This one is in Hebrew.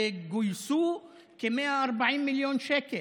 וגויסו כ-140 מיליון שקלים.